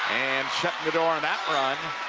and shutting the door on that run